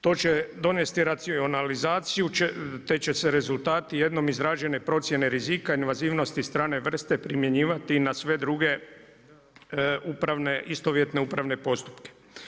To će donesti racionalizaciju te će se rezultati jednom izrađene procjene rizika invazivnosti strane vrste primjenjivati i na sve druge istovjetne upravne postupke.